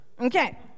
Okay